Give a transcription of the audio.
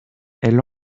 elle